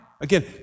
Again